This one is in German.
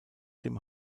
dem